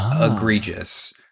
egregious